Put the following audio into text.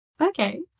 Okay